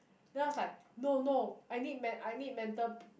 then I was like no no I need men~ I need mental